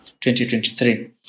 2023